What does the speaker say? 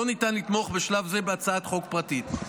לא ניתן לתמוך בשלב זה בהצעת חוק פרטית.